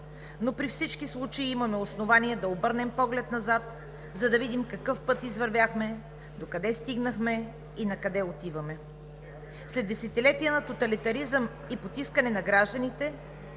но при всички случаи имаме основание да обърнем поглед назад, за да видим какъв път извървяхме, докъде стигнахме и накъде отиваме. След десетилетия на тоталитаризъм и потискане на гражданите,